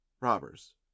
robbers